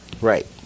Right